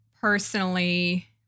personally